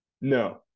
No